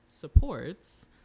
supports